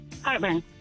heartburn